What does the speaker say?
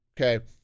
Okay